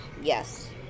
yes